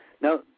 Now